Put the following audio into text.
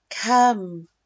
come